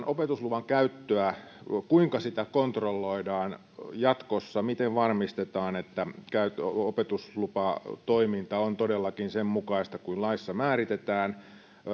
opetusluvan käyttöä kontrolloidaan jatkossa miten varmistetaan että opetuslupatoiminta on todellakin sen mukaista kuin laissa määritetään